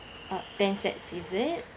ten sets is it